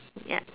ya